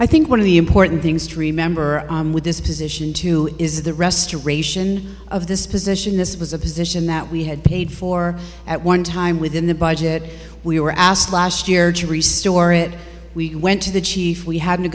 i think one of the important things to remember with this position too is the restoration of this position this was a position that we had paid for at one time within the budget we were asked last year to resteal our it we went to the chief we ha